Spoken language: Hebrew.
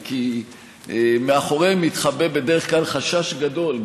כי מאחוריהם מתחבא בדרך כלל חשש גדול,